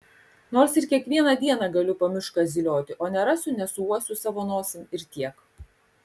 nors ir kiekvieną dieną galiu po mišką zylioti o nerasiu nesuuosiu savo nosim ir tiek